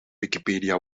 wikipedia